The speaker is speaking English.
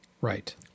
Right